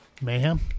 Mayhem